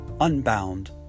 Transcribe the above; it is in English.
unbound